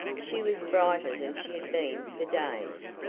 she was brighter than she had been for days,